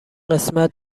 قسمت